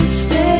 stay